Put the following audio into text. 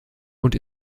und